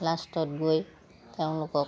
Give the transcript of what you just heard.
লাষ্টত গৈ তেওঁলোকক